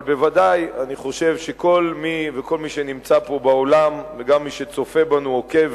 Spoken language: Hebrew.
אבל אני חושב שכל מי שנמצא פה באולם וגם מי שצופה בנו ועוקב,